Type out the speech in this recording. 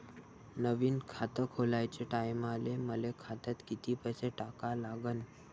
नवीन खात खोलाच्या टायमाले मले खात्यात कितीक पैसे टाका लागन?